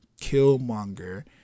Killmonger